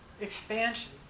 expansion